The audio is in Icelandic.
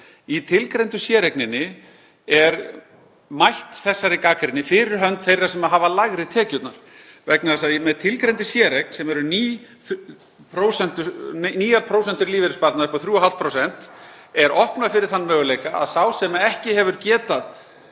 Í tilgreindu séreigninni er þessari gagnrýni mætt fyrir hönd þeirra sem hafa lægri tekjurnar vegna þess að með tilgreindri séreign, sem er ný prósenta í lífeyrissparnaði upp á 3,5%, er opnað fyrir þann möguleika að sá sem ekki hefur getað